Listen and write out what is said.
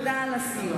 תודה על הסיוע.